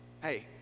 Hey